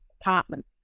apartment